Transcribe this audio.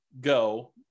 go